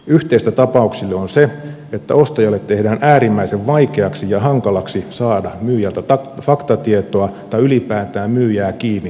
yhteistä tapauksille on se että ostajalle tehdään äärimmäisen vaikeaksi ja hankalaksi saada myyjältä faktatietoa tai ylipäätään myyjää kiinni tapahtumaan liittyen